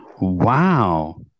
wow